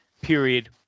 period